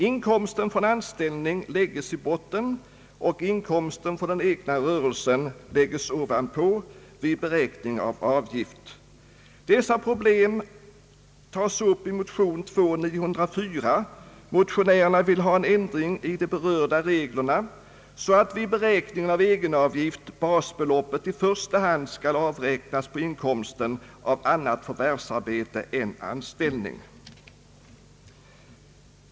Inkomsten från anställning läggs i botten och inkomsten från den egna rörelsen läggs ovanpå vid beräkning av avgift. Dessa problem tas upp i motion II: 904. Motionärerna vill få till stånd en ändring av de berörda reglerna, så att vid beräkningen av egenavgift basbeloppet i första hand skall avräknas på inkomsten av annat förvärvsarbete än anställning.